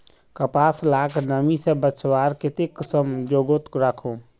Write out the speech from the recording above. कपास लाक नमी से बचवार केते कुंसम जोगोत राखुम?